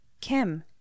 Kim